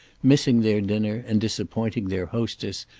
missing their dinner and disappointing their hostess,